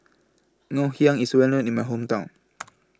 Ggoh Hiang IS Well known in My Hometown